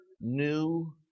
new